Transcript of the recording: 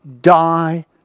die